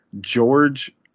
George